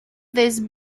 these